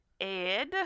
Ed